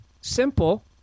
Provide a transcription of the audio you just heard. simple